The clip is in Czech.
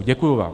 Děkuji vám.